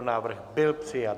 Návrh byl přijat.